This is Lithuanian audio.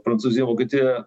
prancūzija vokietija